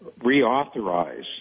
reauthorize